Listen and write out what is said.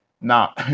Now